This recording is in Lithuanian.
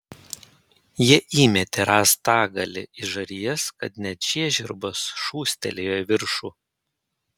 jie įmetė rąstagalį į žarijas kad net žiežirbos šūstelėjo į viršų